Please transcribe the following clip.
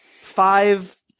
five